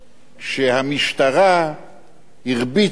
שהמשטרה הרביצה וכו'